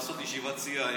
לעשות ישיבת סיעה,